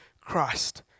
Christ